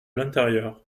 l’intérieur